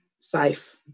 safe